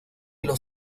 los